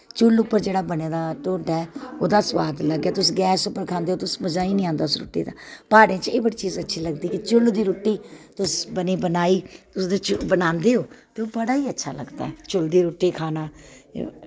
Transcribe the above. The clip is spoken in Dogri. चुल्ल पर बने दा जेह्ड़ा ढोडा ऐ उस दा सोआद गै अलग ऐ तुस गैस पर खांदे ओ मजा गै निं आंदा उस रुट्टी दा प्हाड़ें च एह् चीज बड़ी अच्ची लगदी कि चुल्ल दी रुट्टी तुस बनी बनाई तुस बनांदे ओ ते बड़ा गै अच्छा लगदा ऐ चुल्ल दी रुट्टी खाना